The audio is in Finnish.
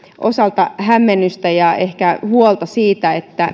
osalta hämmennystä ja ehkä huolta siitä